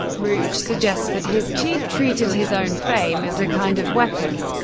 ruge suggests that his chief treated his own fame as a kind of weapon.